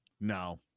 No